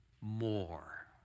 more